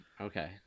Okay